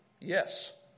yes